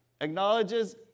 Acknowledges